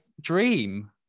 dream